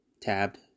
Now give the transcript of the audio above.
Tabbed